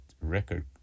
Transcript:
record